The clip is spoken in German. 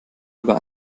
über